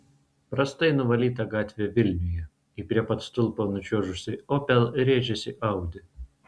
prastai nuvalyta gatvė vilniuje į prie pat stulpo nučiuožusį opel rėžėsi audi